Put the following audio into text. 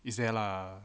is there lah